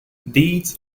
deeds